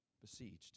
besieged